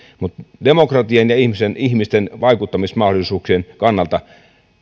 mutta demokratian ja ihmisten ihmisten vaikuttamismahdollisuuksien kannalta